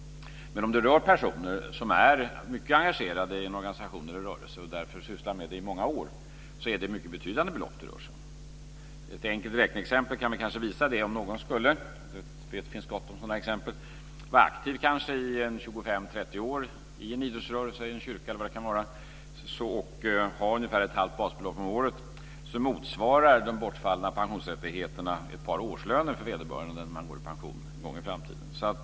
Men om det rör personer som är mycket engagerade i en organisation eller rörelse och därför är sysselsatta inom den i många år är det mycket betydande belopp det rör sig om. Ett enkelt räkneexempel kan kanske visa det. Det finns gott om sådana exempel. Om någon skulle vara aktiv i kanske 25-30 år i en idrottsrörelse, kyrka eller vad det kan vara och ha ungefär ett halvt basbelopp om året, motsvarar de bortfallna pensionsrättigheterna ett par årslöner för vederbörande när han eller hon går i pension en gång i framtiden.